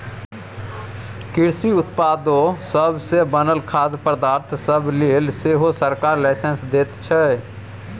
कृषि उत्पादो सब सँ बनल खाद्य पदार्थ सब लेल सेहो सरकार लाइसेंस दैत छै